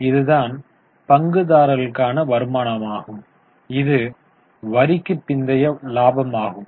எனவே இது தான் பங்குதாரர்களுக்கான வருமானமாகும் இது வரிக்குப் பிந்தைய லாபமாகும்